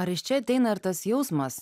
ar iš čia ateina ir tas jausmas